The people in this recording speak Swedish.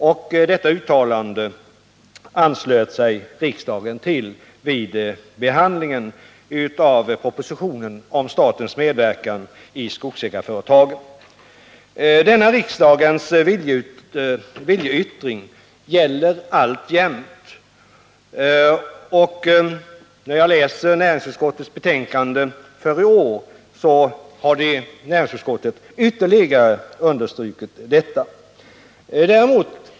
vilket uttalande riksdagen också anslöt sig till vid behandlingen av propositionen om statens medverkan i skogsägarföretagen. Denna riksdagens viljeyttring gäller alltjämt. Vid läsningen av näringsutskottets betänkande för i är finner man att näringsutskottet har understrukit detta ytterligare.